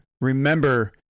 Remember